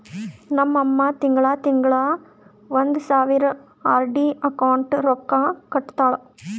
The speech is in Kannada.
ನಮ್ ಅಮ್ಮಾ ತಿಂಗಳಾ ತಿಂಗಳಾ ಒಂದ್ ಸಾವಿರ ಆರ್.ಡಿ ಅಕೌಂಟ್ಗ್ ರೊಕ್ಕಾ ಕಟ್ಟತಾಳ